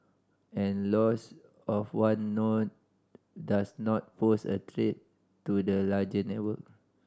and loss of one node does not pose a threat to the larger network